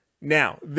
Now